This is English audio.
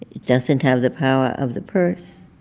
doesn't have the power of the purse.